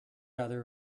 other